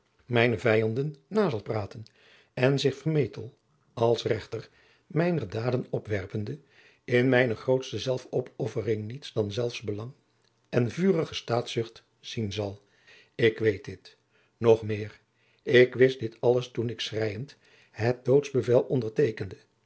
mijne vijanden na zal praten en zich vermetel als rechter mijner daden opwerpende in mijne grootste zelfsopoffering niets dan zelfsbelang en vuige staatszucht zien zal ik weet dit nog meer ik wist dit alles toen ik schreiend het doodsbevel onderteekende